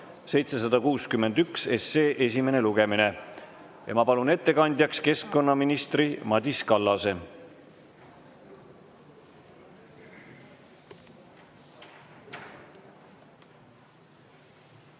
761 esimene lugemine. Ma palun ettekandjaks keskkonnaminister Madis Kallase.